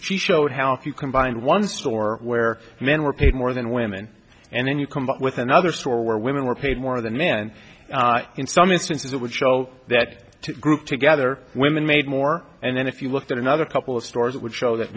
she showed how if you combined one store where men were paid more than women and then you come up with another store where women were paid more than men in some instances it would show that to group together women made more and then if you looked at another couple of stores it would show that